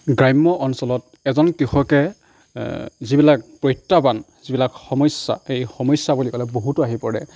গ্ৰাম্য অঞ্চলত এজন কৃষকে যিবিলাক প্ৰত্যাহ্বান যিবিলাক সমস্যা এই সমস্যা বুলি ক'লে বহুতো আহি পৰে